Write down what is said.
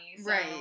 Right